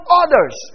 others